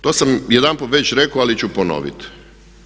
To sam jedanput već rekao ali ću ponoviti.